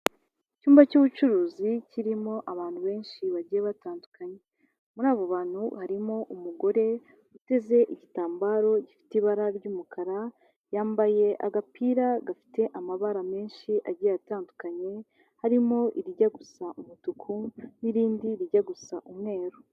Icyumba cy'ubucuruzi kirimo abantu benshi bagiye batandukanye, muri abo bantu harimo umugore uteze igitambaro gifite ibara ry'umukara yambaye agapira gafite amabara menshi agiye atandukanye, harimo irijya gusa umutuku n'irindi rijya gusa umweru.